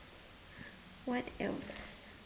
what else